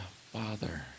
Father